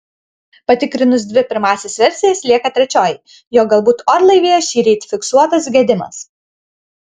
patikrinus dvi pirmąsias versijas lieka trečioji jog galbūt orlaivyje šįryt fiksuotas gedimas